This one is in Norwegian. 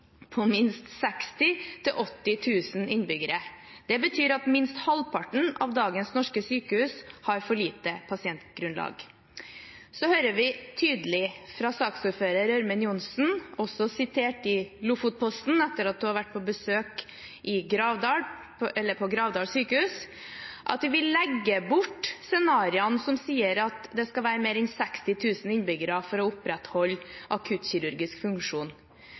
minst 60 til 80 000 innbyggere. Det betyr at minst halvparten av dagens norske sykehus har for lite pasientgrunnlag.» Vi hører tydelig fra saksordfører Ørmen Johnsen, også sitert i Lofotposten etter at hun hadde vært på besøk på Gravdal sykehus, at de vil legge bort scenarioene som sier at det skal være mer enn 60 000 innbyggere for å opprettholde